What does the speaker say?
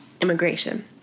immigration